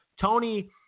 Tony